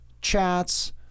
chats